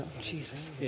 Jesus